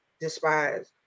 despise